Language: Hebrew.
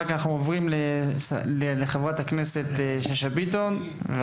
אנחנו עוברים לחברת הכנסת יפעת שאשא ביטון.